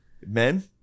Men